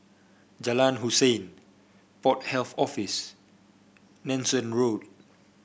Jalan Hussein Port Health Office Nanson Road